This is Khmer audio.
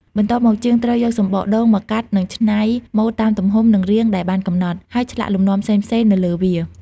បន្ទាប់មក ជាងត្រូវយកសំបកដូងមកកាត់និងច្នៃម៉ូដតាមទំហំ និងរាងដែលបានកំណត់ ហើយឆ្លាក់លំនាំផ្សេងៗនៅលើវា។